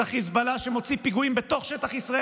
החיזבאללה שמוציא פיגועים בתוך שטח ישראל,